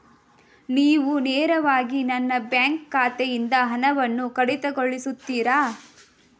ನೀವು ನೇರವಾಗಿ ನನ್ನ ಬ್ಯಾಂಕ್ ಖಾತೆಯಿಂದ ಹಣವನ್ನು ಕಡಿತಗೊಳಿಸುತ್ತೀರಾ?